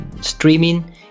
streaming